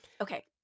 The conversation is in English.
Okay